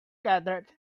gathered